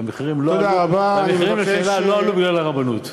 והמחירים לא עלו בגלל הרבנות.